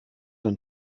dann